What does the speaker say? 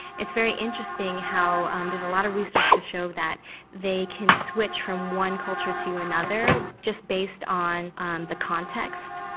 it's very interesting how um there's a lot of research to show that they can switch from one culture to another just based on on the context.